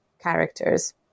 characters